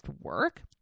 work